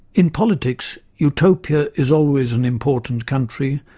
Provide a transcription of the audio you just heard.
in politics, utopia is always an important country,